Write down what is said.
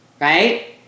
Right